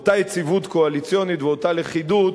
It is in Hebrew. אותה יציבות קואליציונית ואותה לכידות,